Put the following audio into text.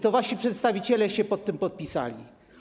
To wasi przedstawiciele się pod tym podpisali.